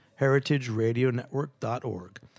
heritageradionetwork.org